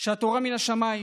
שהתורה מן השמיים.